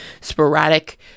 sporadic